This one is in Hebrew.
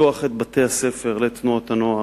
לפתוח את בתי-הספר לתנועות הנוער,